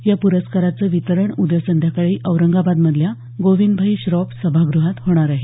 या पुरस्काराचं वितरण उद्या संध्याकाळी औरंगाबादमधल्या गोविंदभाई श्रॉफ सभागृहात होणार आहे